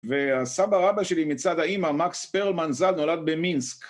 והסבא רבא שלי מצד האימא, מקס פרלמן ז"ל, נולד במינסק.